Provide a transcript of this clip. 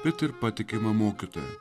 bet ir patikima mokyta